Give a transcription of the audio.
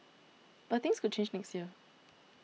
but things could change next year